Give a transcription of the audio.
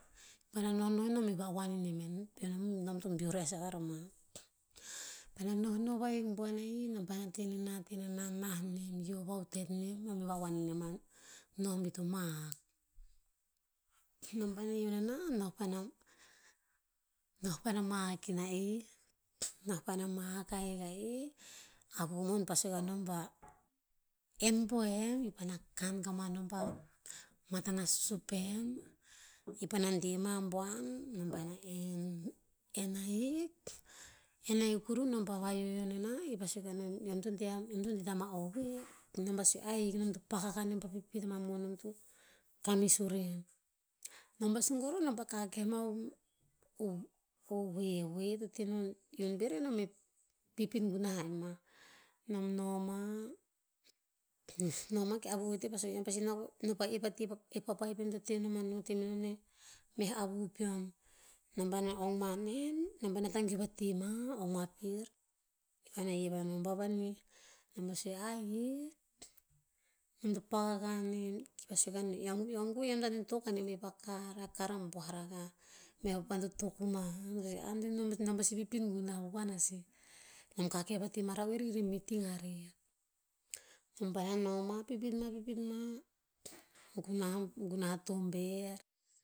Paena nonoh e nom e va'uhuuan i nem ya. Pe nom- nom to beoh re'es ro mah. Paena nohnoh vahik buan a'i, nom paena teh nenah- teh nenah, nah nem, hio vahutet nem nom e va'uhuan e nem a noh bi to mahak. Nom paena hio nenah noh paena- noh paena mahak en a'i, noh paena mahak ahik a'i, avu mon paena sue kanom bah, en po hem, paena kan kamah nom a matan a susupen, i paena de mah buan, nom paena en. En ahik- en ahik kuruh nom pa vahihio nenah, i pah sue nom, "eom to de eom to de tama o voe?" Nom pah sue, "ahik nom to pak akah pah pipit ma moh nom to kamis uren." Nom pah sun kuruh nom pah kakeh mah o hoe, hoe to te non iun pir e nom e pipit gunah ha em mah. Nom noma, noma ke avu oete pah sue, "eom pasi no- no pah ep ati pah, e papai peom to te non manuh te me non e meh avu peom. Nom paena ong mah nen, nom paena tagiuh vai mah, ong mah pir. Ipaena hiv anom, bavanih?" Nom pah sue, "ahik, nom to pak akah nem." Ki pah sue nom, "eom- eom kohe to hikta antoen tok a nem ha i pah kar, a kar a buah rakah." Meh apan to tok uma, antoen i non, nom pasi pipit gunah vovoan a sih. Nom kakeh vati mah raoer ir e miting arer. Nom paena no mah, pipit mah, pipit mah, gunah- gunah a tober